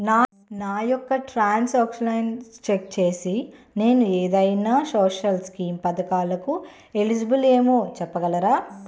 నా యెక్క ట్రాన్స్ ఆక్షన్లను చెక్ చేసి నేను ఏదైనా సోషల్ స్కీం పథకాలు కు ఎలిజిబుల్ ఏమో చెప్పగలరా?